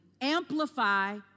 amplify